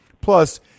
Plus